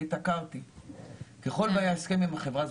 הייתי מפנה אבל אוותר מפאת קוצר הזמן.